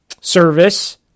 service